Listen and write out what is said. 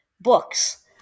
books